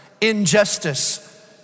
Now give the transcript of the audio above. injustice